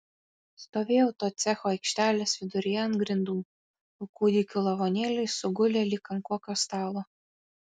stovėjau to cecho aikštelės viduryje ant grindų o kūdikių lavonėliai sugulė lyg ant kokio stalo